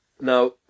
Now